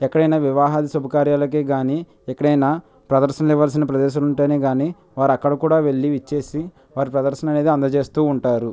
ఎక్కడైన వివాహది శుభకార్యాలకు కానీ ఎక్కడైన ప్రదర్శనలు ఇవ్వాల్సిన ప్రదేశం ఉంటే కానీ వారు అక్కడ కూడా వెళ్ళి విచ్చేసి వారి ప్రదర్శన అనేది అందచేస్తు ఉంటారు